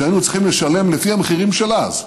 שהיינו צריכים לשלם לפי המחירים של אז,